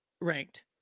ranked